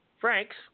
Frank's